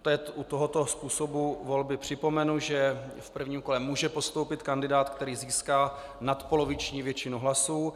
U tohoto způsobu volby připomenu, že v prvním kole může postoupit kandidát, který získá nadpoloviční většinu hlasů.